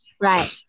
Right